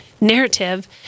narrative